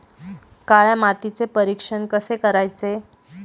काळ्या मातीचे परीक्षण कसे करायचे?